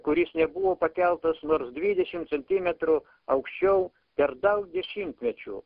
kuris nebuvo pakeltas nors dvidešimts centimetrų aukščiau per daug dešimtmečių